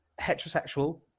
heterosexual